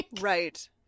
Right